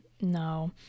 no